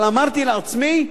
אבל אמרתי לעצמי: